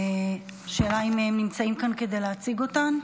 השאלה אם הם נמצאים כאן כדי להציג אותן.